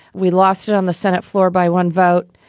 we lost it on the senate floor by one vote.